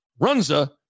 Runza